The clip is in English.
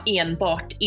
enbart